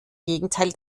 gegenteil